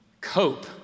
cope